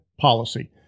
policy